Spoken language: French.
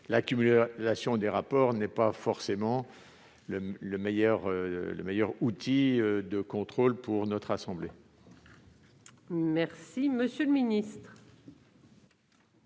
l'accumulation des rapports n'est pas forcément le meilleur outil de contrôle pour notre assemblée. Quel est l'avis